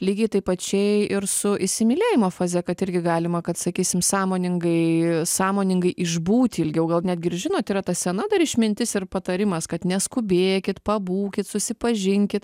lygiai tai pačiai ir su įsimylėjimo faze kad irgi galima kad sakysim sąmoningai sąmoningai išbūti ilgiau gal netgi ir žinot yra ta sena dar išmintis ir patarimas kad neskubėkit pabūkit susipažinkit